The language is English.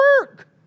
work